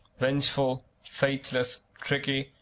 vengeful, faithless, tricky,